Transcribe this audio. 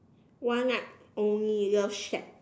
one night only love shack